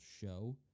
show